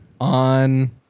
on